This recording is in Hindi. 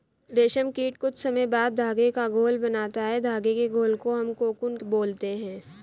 रेशम कीट कुछ समय बाद धागे का घोल बनाता है धागे के घोल को हम कोकून बोलते हैं